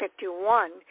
51